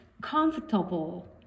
comfortable